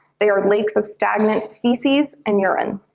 they are lakes of stagnant feces and urine.